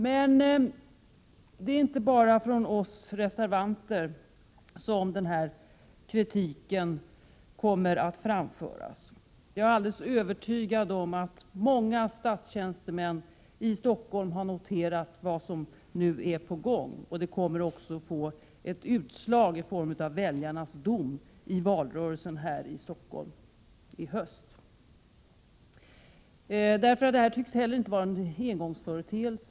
Men det är inte bara från oss reservanter som kritik kommer att anföras. Jag är alldeles övertygad om att många statstjänstemän i Stockholm har noterat vad som nu är i gång, och det blir också ett utslag i form av väljarnas dom i valrörelsen här i Stockholm i höst. Det här tycks inte heller vara någon engångsföreteelse.